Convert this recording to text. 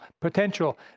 Potential